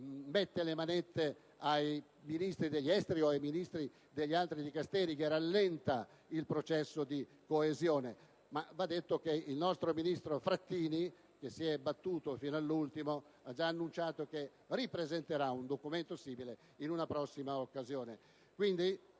mettendo le manette ai Ministri degli esteri o di altri Dicasteri, rallenta il processo di coesione? Va detto però che il ministro Frattini, che si è battuto fino all'ultimo, ha già annunciato che ripresenterà un documento simile in una prossima occasione. È quindi